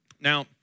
Now